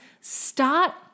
Start